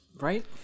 right